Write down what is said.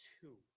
two